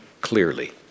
clearly